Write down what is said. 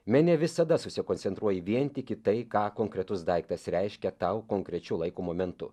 minia visada susikoncentruoji vien tik į tai ką konkretus daiktas reiškia tau konkrečiu laiko momentu